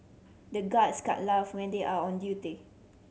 the guards can't laugh when they are on duty